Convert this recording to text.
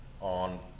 on